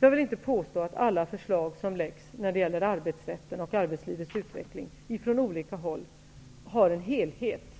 Jag vill inte påstå att alla förslag som från olika håll läggs fram om arbetsrätten och arbetslivets utveckling har en helhet.